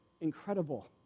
incredible